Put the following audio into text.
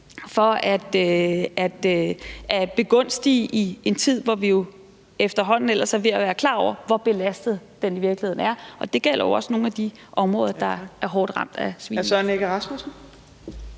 for at begunstige i en tid, hvor vi efterhånden ellers er ved at være klar over, hvor belastet den i virkeligheden er. Det gælder jo også nogle af de områder, der er hårdt ramt af